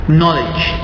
knowledge